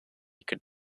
should